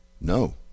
no